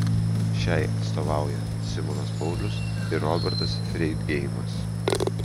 šiai atstovauja simonas paulius ir robertas freidgeimas